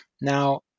Now